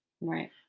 Right